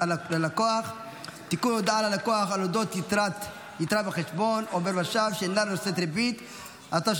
התרבות והספורט בעקבות דיון בהצעה לסדר-היום של חברי הכנסת משה טור פז,